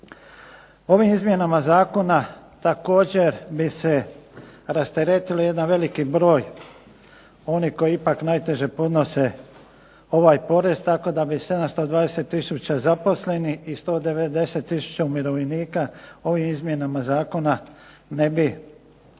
Ovim izmjenama zakona također bi se rasteretilo jedan veliki broj onih koji najteže podnose ovaj porez, tako da bi 720 tisuća zaposlenih i 190 tisuća umirovljenika ovim izmjenama zakona ne bi